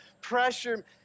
pressure